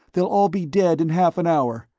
they'll all be dead in half an hour!